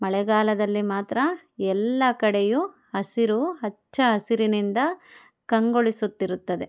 ಮಳೆಗಾಲದಲ್ಲಿ ಮಾತ್ರ ಎಲ್ಲ ಕಡೆಯೂ ಹಸಿರು ಹಚ್ಚ ಹಸಿರಿನಿಂದ ಕಂಗೊಳಿಸುತ್ತಿರುತ್ತದೆ